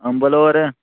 अम्बल होर